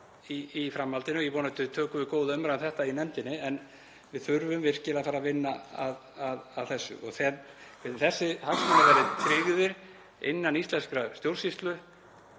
í framhaldinu. Vonandi tökum við góða umræðu um þetta í nefndinni en við þurfum virkilega að fara að vinna að þessu, hvernig þessir hagsmunir verða tryggðir innan íslenskrar stjórnsýslu